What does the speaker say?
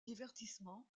divertissement